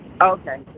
Okay